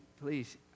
please